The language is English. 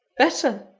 better!